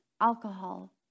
alcohol